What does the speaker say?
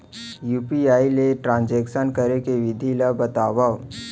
UPI ले transaction करे के विधि ला बतावव?